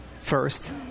first